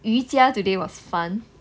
瑜伽 today was fun